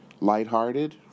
lighthearted